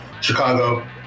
chicago